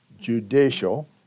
judicial